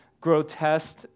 grotesque